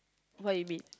what you mean